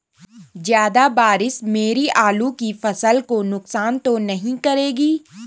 ज़्यादा बारिश मेरी आलू की फसल को नुकसान तो नहीं करेगी?